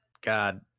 god